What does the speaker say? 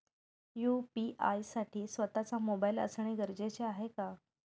UPI साठी स्वत:चा mobile असणे गरजेचे आहे का?